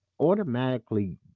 automatically